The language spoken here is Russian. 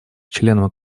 членом